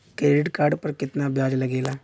Credit card पर कितना ब्याज लगेला?